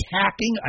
attacking